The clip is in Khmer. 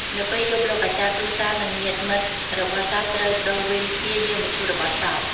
នៅពេលយប់លោកអាចារ្យ គ្រួសារ និងញាតិមិត្តរបស់សពត្រូវប្តូរវេនគ្នាយាមមឈូសរបស់សព។